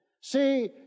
See